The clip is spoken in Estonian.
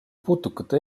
putukate